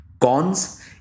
Cons